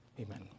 amen